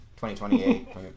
2028